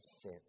sin